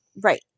right